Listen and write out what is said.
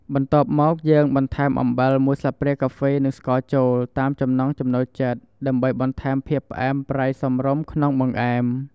បន្ទាប់មកយើងបន្ថែមអំបិលមួយស្លាបព្រាកាហ្វេ និងស្ករចូល តាមចំណង់ចំណូលចិត្ត ដើម្បីបន្ថែមភាពផ្អែមប្រៃសមរម្យក្នុងបង្អែម។